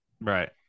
Right